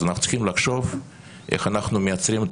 אז אנחנו צריכים לחשוב איך אנחנו מייצרים את